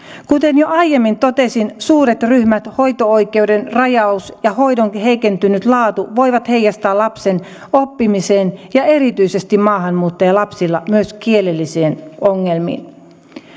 kuten jo aiemmin totesin suuret ryhmät hoito oikeuden rajaus ja hoidon heikentynyt laatu voivat heijastua lapsen oppimiseen ja erityisesti maahanmuuttajalapsilla myös kielellisiin ongelmiin